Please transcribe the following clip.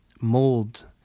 mold